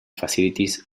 facilities